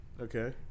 Okay